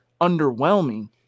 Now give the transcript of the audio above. underwhelming